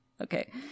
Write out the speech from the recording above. okay